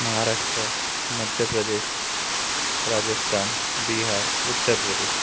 Maharashtra Madhya Pradesh Rajasthan Bihar Uttar Pradesh